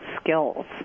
skills